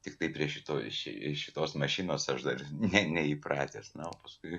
tiktai prie šito ši ši šitos mašinos aš dar neįpratęs na o paskui